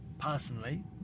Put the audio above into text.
Personally